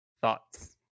Thoughts